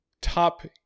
top